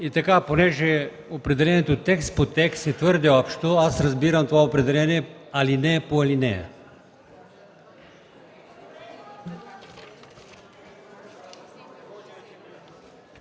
прието. Понеже определението текст по текст е твърде общо, аз разбирам това определение – алинея, по алинея.